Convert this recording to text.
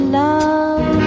love